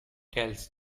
tells